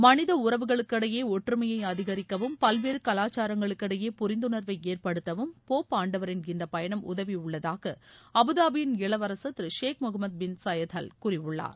மனித உறவுகளுக்கிடையே ஒற்றுமையை அதிகரிக்கவும் பல்வேறு கலாச்சாரங்களுக்கிடையே புரிந்துணா்வை ஏற்படுத்தவும் போப் ஆண்டவரின் இந்த பயணம் உதவியுள்ளதாக அபுதாபியின் இளவரன் Thiru Sheikh Mohammed bin Zayed Al கூறியுள்ளார்